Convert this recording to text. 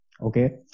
Okay